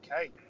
Okay